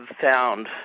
found